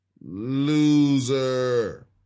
loser